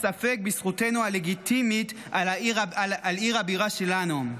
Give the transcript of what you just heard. ספק בזכותנו הלגיטימית על עיר הבירה שלנו.